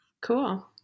Cool